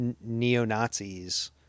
neo-Nazis